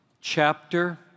chapter